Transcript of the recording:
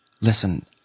Listen